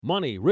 Money